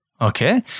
Okay